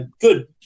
Good